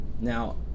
Now